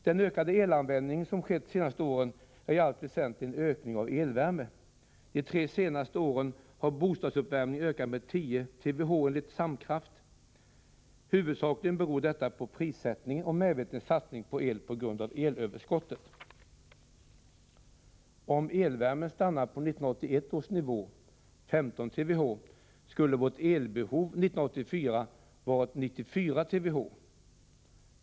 Den ökning av elanvändningen som skett under de senaste åren är i allt väsentligt en ökning av elvärme. De tre senaste åren har bostadsuppvärmningen ökat med 10 TWh, enligt Samkraft. Huvudsakligen beror detta på prissättningen och på en medveten satsning på el på grund av elöverskottet. Om elvärmeförbrukningen hade stannat på 1981 års nivå, 15 TWh, skulle vårt elbehov 1984 ha varit 94 TWh.